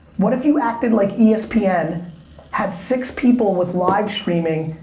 what if you acted like espn. had six people with live streaming,